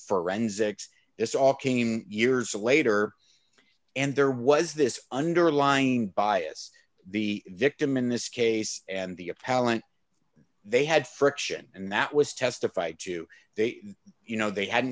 forensics it's all came years later and there was this underlying bias the victim in this case and the a pal and they had friction and that was testified to they you know they had